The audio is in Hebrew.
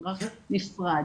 מערך נפרד.